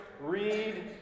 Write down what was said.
read